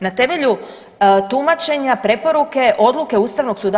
Na temelju tumačenja, preporuke, odluke Ustavnog suda?